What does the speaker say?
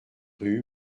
rue